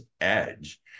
Edge